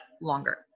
longer